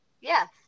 yes